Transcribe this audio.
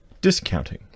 discounting